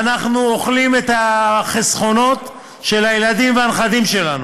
ואנחנו אוכלים את החסכונות של הילדים והנכדים שלנו.